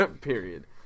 Period